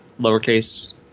lowercase